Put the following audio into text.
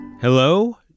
Hello